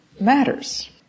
matters